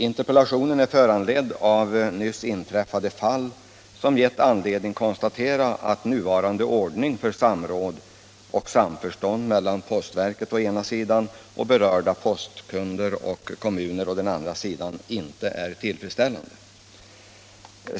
Interpellationen är föranledd av nyligen inträffade fall, som gett anledning att konstatera att nuvarande ordning för samråd och samförstånd mellan postverket å ena sidan och berörda postkunder och kommuner å andra sidan inte är tillfredsställande.